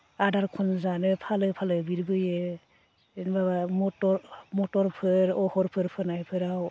आदार खनजानो फालो फालो बिरबोयो जेनेबा मटरफोर अहरफोर फोनायफोराव